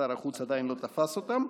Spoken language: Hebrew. שר החוץ עדיין לא תפס אותם,